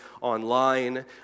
online